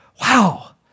Wow